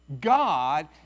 God